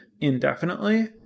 indefinitely